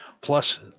plus